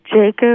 Jacob